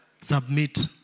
submit